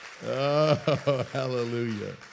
hallelujah